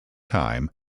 time